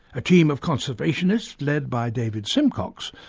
a team of conservationists, led by david simcox,